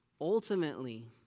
Ultimately